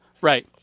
Right